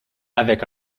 avec